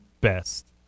best